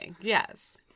Yes